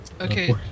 Okay